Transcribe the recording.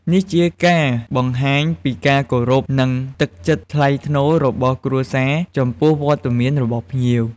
នេះជាការបង្ហាញពីការគោរព និងទឹកចិត្តថ្លៃថ្នូររបស់គ្រួសារចំពោះវត្តមានរបស់ភ្ញៀវ។